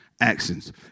actions